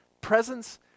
Presence